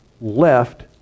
left